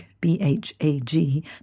B-H-A-G